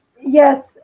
yes